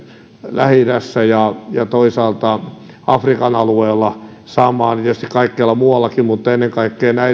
lähi idässä ja ja toisaalta afrikan alueella ja tietysti kaikkialla muuallakin mutta ennen kaikkea